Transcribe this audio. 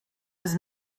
was